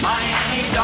Miami